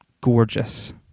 gorgeous